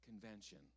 convention